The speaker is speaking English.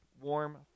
warm